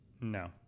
No